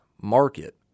market